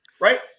Right